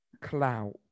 Clout